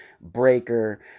Breaker